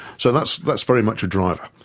so that's that's very much a driver.